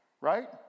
Right